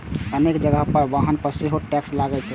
अनेक जगह पर वाहन पर सेहो टैक्स लागै छै